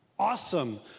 awesome